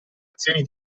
azioni